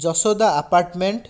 Yashoda apartment